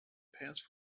passed